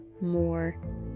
more